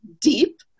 deep